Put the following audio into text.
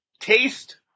taste